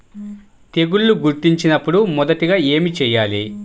తెగుళ్లు గుర్తించినపుడు మొదటిగా ఏమి చేయాలి?